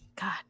God